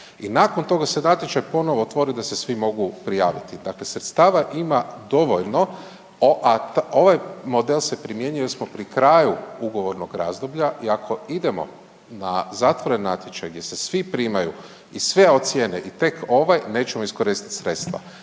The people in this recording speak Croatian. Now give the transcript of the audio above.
i nakon toga se natječaj ponovo otvori da se svi mogu prijaviti. Dakle, sredstava ima dovoljno, a ovaj model se primjenjuje jer smo pri kraju ugovornog razdoblja i ako idemo na zatvoren natječaj gdje se svim primaju i sve ocijene i tek ovaj nećemo iskoristit sredstva.